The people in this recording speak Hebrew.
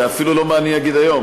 זה אפילו לא מה אני אגיד היום,